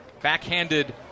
backhanded